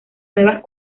nuevas